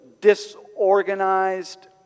disorganized